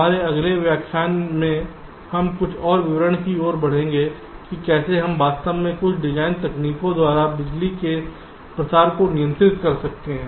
हमारे अगले व्याख्यानों में हम कुछ और विवरणों की ओर बढ़ेंगे कि कैसे हम वास्तव में कुछ डिजाइन तकनीकों द्वारा बिजली के प्रसार को नियंत्रित कर सकते हैं